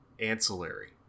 ancillary